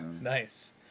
nice